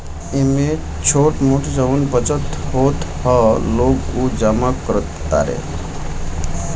एमे छोट मोट जवन बचत होत ह लोग उ जमा करत तारे